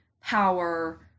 power